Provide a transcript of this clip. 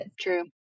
True